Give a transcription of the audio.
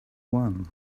one